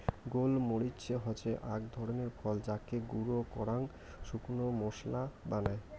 গোল মরিচ হসে আক ধরণের ফল যাকে গুঁড়ো করাং শুকনো মশলা বানায়